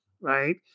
right